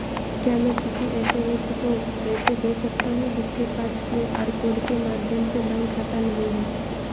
क्या मैं किसी ऐसे व्यक्ति को पैसे भेज सकता हूँ जिसके पास क्यू.आर कोड के माध्यम से बैंक खाता नहीं है?